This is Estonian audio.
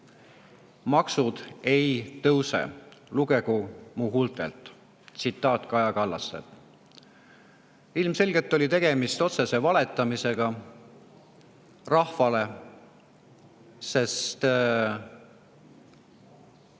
"maksud ei tõuse, lugege mu huultelt" – tsitaat Kaja Kallaselt. Ilmselgelt oli tegemist otsese valetamisega rahvale, sest